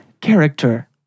character